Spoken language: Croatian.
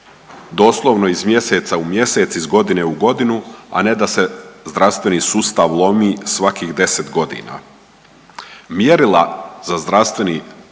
doslovno iz mjeseca u mjesec iz godine u godinu, a ne da se zdravstveni sustav lomi svakih 10 godina. Mjerila za zdravstveni,